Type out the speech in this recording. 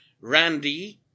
Randy